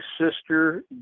sister